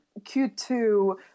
Q2